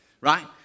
right